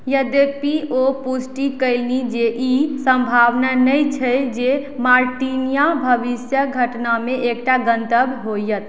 यद्यपि ओ पुष्टि कयलनि जे ई सम्भावना नहि छैक जे मॉरिटानिया भविष्यक घटनामे एकटा गँतव्य होयत